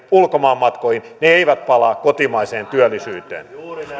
ulkomaanmatkoihin ne eivät palaa kotimaiseen työllisyyteen